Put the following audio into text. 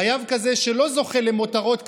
חייב כזה, שלא זוכה למותרות כאלו,